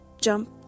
Jump